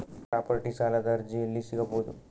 Property ಸಾಲದ ಅರ್ಜಿ ಎಲ್ಲಿ ಸಿಗಬಹುದು?